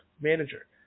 manager